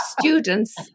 students